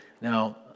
Now